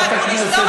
השר אקוניס.